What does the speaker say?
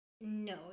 no